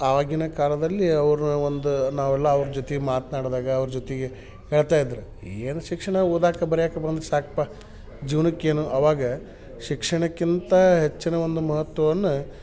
ಅವಾಗಿನ ಕಾಲದಲ್ಲಿ ಅವ್ರನ್ನ ಒಂದು ನಾವೆಲ್ಲ ಅವ್ರ ಜೊತೆಗ್ ಮಾತನಾಡ್ದಾಗ ಅವ್ರ ಜೊತೆಗೆ ಹೇಳ್ತಾ ಇದ್ದರು ಏನು ಶಿಕ್ಷಣ ಓದಕ್ಕೆ ಬರೆಯಾಕ ಬಂದ್ರೆ ಸಾಕಪ್ಪ ಜೀವ್ನಕ್ಕೆ ಏನು ಅವಾಗ ಶಿಕ್ಷಣಕ್ಕಿಂತ ಹೆಚ್ಚಿನ ಒಂದು ಮಹತ್ವವನ್ನು